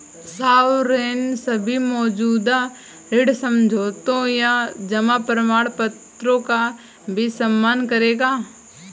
sovereign सभी मौजूदा ऋण समझौतों या जमा प्रमाणपत्रों का भी सम्मान करेगा